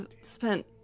spent